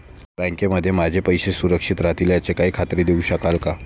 बँकेत माझे पैसे सुरक्षित राहतील याची खात्री देऊ शकाल का?